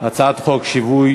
הצבעה על הצעת חוק שיווי